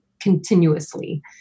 continuously